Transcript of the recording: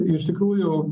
iš tikrųjų